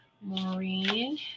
maureen